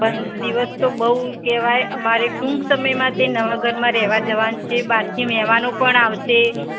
પંદર દિવસ તો બહુ કહેવાય અમારે ટૂંક સમયમાં તે નવા ઘરમાં રહેવા જવાનું છે બહારથી મહેમાનો પણ આવશે